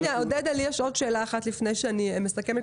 יש לי עוד שאלה לפני שאני מסכמת.